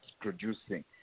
producing